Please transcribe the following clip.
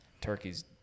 turkeys